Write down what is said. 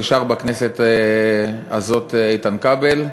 נשאר בכנסת הזאת איתן כבל,